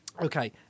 Okay